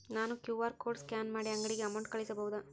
ನಾನು QR code scan ಮಾಡಿ ಅಂಗಡಿಗೆ ಅಮೌಂಟ್ ಕಳಿಸಬಹುದಾ?